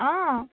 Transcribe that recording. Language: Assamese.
অঁ